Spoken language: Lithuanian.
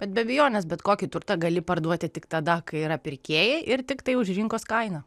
bet be abejonės bet kokį turtą gali parduoti tik tada kai yra pirkėjai ir tiktai už rinkos kainą